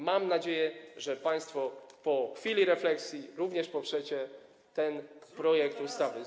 Mam nadzieję, że państwo po chwili refleksji również poprzecie ten projekt ustawy.